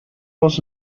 was